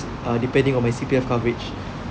depending on my C_P_F coverage